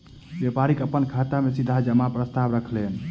व्यापारी अपन खाता में सीधा जमा के प्रस्ताव रखलैन